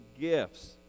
gifts